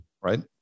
right